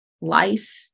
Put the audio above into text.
life